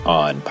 on